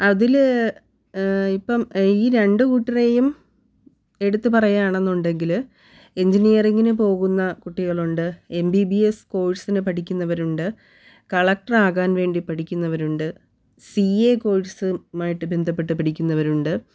അതിൽ ഇപ്പം ഈ രണ്ട് കൂട്ടരെയും എടുത്ത് പറയുകയാണെന്നുണ്ടെങ്കിൽ എൻജിനീയറിങ്ങിന് പോകുന്ന കുട്ടികളുണ്ട് എം ബി ബി എസ് കോഴ്സിന് പഠിക്കുന്നവരുണ്ട് കളക്റ്ററാകാൻ വേണ്ടി പഠിക്കുന്നവരുണ്ട് സി എ കോഴ്സുമായിട്ട് ബന്ധപ്പെട്ട് പഠിക്കുന്നവരുണ്ട്